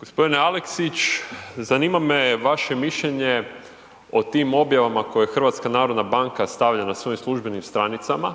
Gospodine Aleksić zanima me vaše mišljenje o tim objavama koje HNB stavlja na svojim službenim stranicama